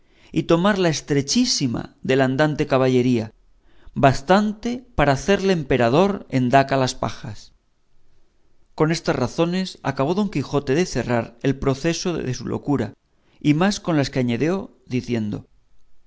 y tomar la estrechísima de la andante caballería bastante para hacerle emperador en daca las pajas con estas razones acabó don quijote de cerrar el proceso de su locura y más con las que añadió diciendo